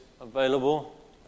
available